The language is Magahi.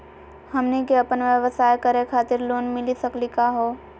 हमनी क अपन व्यवसाय करै खातिर लोन मिली सकली का हो?